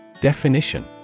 Definition